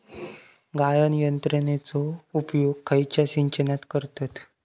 गाळण यंत्रनेचो उपयोग खयच्या सिंचनात करतत?